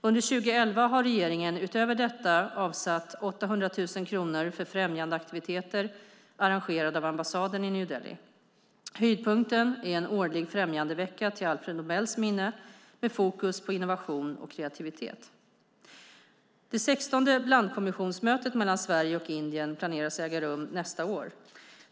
Under 2011 har regeringen utöver detta avsatt 800 000 kronor för främjandeaktiviteter arrangerade av ambassaden i New Delhi. Höjdpunkten är en årlig främjandevecka till Alfred Nobels minne med fokus på innovation och kreativitet. Det sextonde blandkommissionsmötet mellan Sverige och Indien planeras äga rum nästa år.